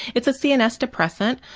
it's a cns depressant,